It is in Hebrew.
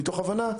מתוך הבנה,